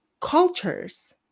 cultures